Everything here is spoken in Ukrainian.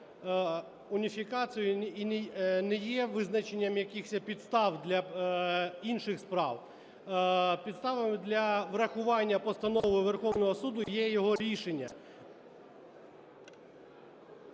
уніфікацією і не є визначенням якихось підстав для інших справ. Підставою для врахування постанови Верховного Суду є його рішення.